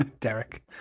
Derek